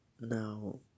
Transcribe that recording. Now